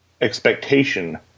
expectation